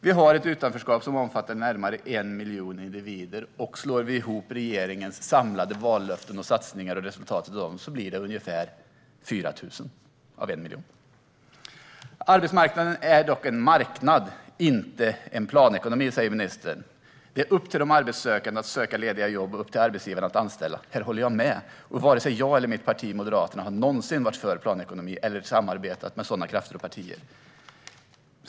Vi har ett utanförskap som omfattar närmare 1 miljon individer, och slår vi ihop regeringens samlade vallöften och satsningar och resultaten av dem blir det ungefär 4 000 personer av 1 miljon. "Arbetsmarknaden är dock en marknad, inte en planekonomi", säger ministern. "Det innebär att det är upp till arbetssökande att söka de lediga jobben och upp till arbetsgivarna att anställa." Här håller jag med, och varken jag eller mitt parti Moderaterna har någonsin varit för planekonomi eller samarbetat med sådana krafter och partier.